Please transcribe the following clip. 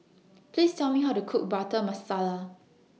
Please Tell Me How to Cook Butter Masala